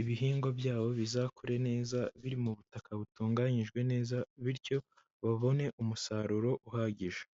ibihingwa byabo bizakure neza biri mu butaka butunganyijwe neza bityo babone umusaruro uhagije.